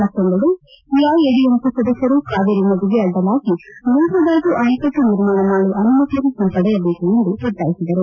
ಮತ್ತೊಂದಡೆ ಎಐಎಡಿಎಂಕೆ ಸದಸ್ಯರು ಕಾವೇರಿ ನದಿಗೆ ಅಡ್ಡಲಾಗಿ ಮೇಕೆದಾಟು ಆಣೆಕಟ್ಟು ನಿರ್ಮಾಣ ಮಾಡುವ ಅನುಮತಿಯನ್ನು ಹಿಂಪಡೆಯಬೇಕು ಎಂದು ಒತ್ತಾಯಿಸಿದರು